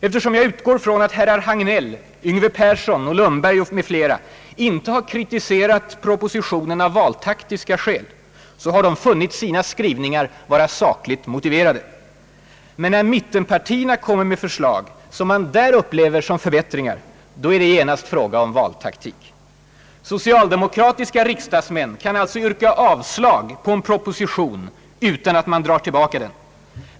Eftersom jag utgår från att herrar Hagnell, Yngve Persson, Lundberg m.fl. inte har kritiserat propositionen av valtaktiska skäl, har de funnit sina skrivningar vara sakligt motiverade. Men när mittenpartierna kommer med förslag, vilka de upplever som förbättringar, är det genast fråga om valtaktik. Socialdemokratiska riksdagsmän kan alltså yrka avslag på en proposition, utan att den dras tillbaka.